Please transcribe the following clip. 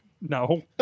No